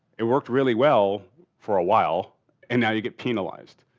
it worked really well for a while and now you get penalized.